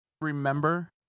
remember